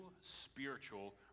spiritual